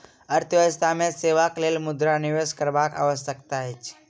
अर्थव्यवस्था मे सेवाक लेल मुद्रा निवेश करबाक आवश्यकता अछि